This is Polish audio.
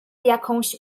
jakąś